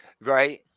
Right